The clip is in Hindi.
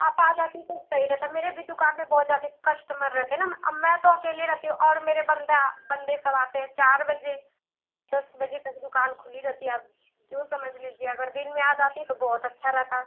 आप आ जाती तो सही रहता मेरे भी दुकान पर बहुत जादे कश्टमर रहते न अब मैं तो अकेले रैती हूँ और मेरे बंदा बंदे सब आते हैं चार बजे दस बजे तक दुकान खुली रहती है आप जो समझ लीजिए अगर दिन में आ जाती तो बहुत अच्छा रहता